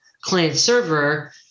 client-server